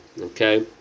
okay